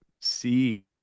see